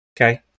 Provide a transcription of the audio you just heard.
Okay